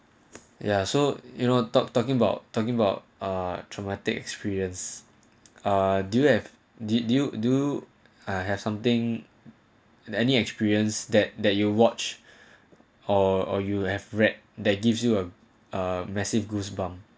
ya so you know talking talking about talking about a traumatic experience ah do you have did you do I have something in any experience that that you watch or or you have read that gives you a a massive goosebumps